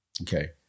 Okay